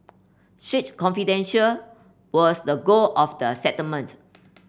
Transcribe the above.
strict confidential was the goal of the settlement